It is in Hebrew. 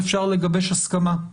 לגיבוש הסכמה.